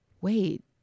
Wait